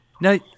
Now